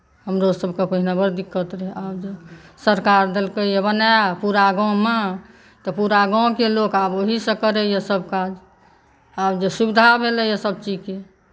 हमरो सभकेँ पहिने बड दिक्कत रहै सरकार देलकैया बना पुरा गाँवमे तऽ पुरा गाँवकेँ लोक आब ओहिसँ करैया सभ काज आब जे सुविधा भेलैया सभ चीजकेँ